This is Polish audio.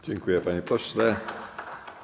Dziękuję, panie pośle.